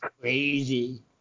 crazy